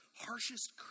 harshest